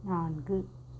நான்கு